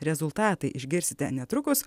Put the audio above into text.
rezultatai išgirsite netrukus